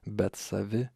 bet savi